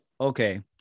okay